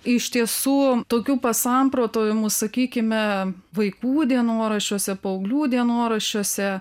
iš tiesų tokių pasamprotavimų sakykime vaikų dienoraščiuose paauglių dienoraščiuose